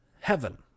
heaven